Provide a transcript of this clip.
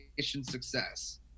success